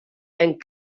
and